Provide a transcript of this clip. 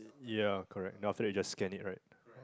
ya correct then after that you just scan it right